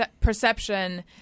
perception